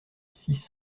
six